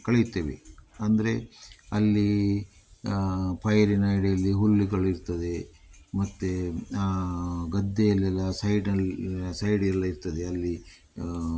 ಕಳೆಯುತ್ತೇವೆ ಅಂದರೆ ಅಲ್ಲಿ ಪೈರಿನಡಿಯಲ್ಲಿ ಹುಲ್ಲುಗಳಿರ್ತದೆ ಮತ್ತು ಗದ್ದೆಯಲ್ಲೆಲ್ಲ ಸೈಡಲ್ಲಿ ಸೈಡ್ ಎಲ್ಲ ಇರ್ತದೆ ಅಲ್ಲಿ